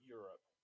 Europe